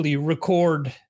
record